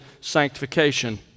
sanctification